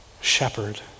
shepherd